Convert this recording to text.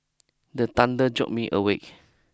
the thunder jolt me awake